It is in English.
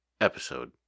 episode